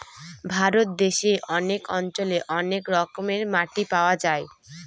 ভারত দেশে অনেক অঞ্চলে অনেক রকমের মাটি পাওয়া যায়